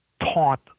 taught